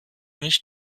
nicht